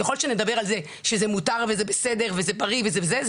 ככל שנדבר על זה שזה מותר וזה בסדר וזה בריא וכן הלאה,